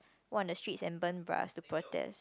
go on the streets and burn bra to protest